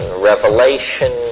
revelation